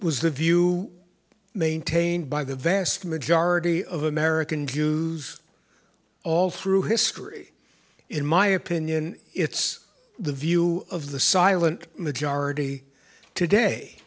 was the view maintained by the vast majority of american jews all through history in my opinion it's the view of the silent majority today